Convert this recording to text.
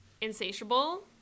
Insatiable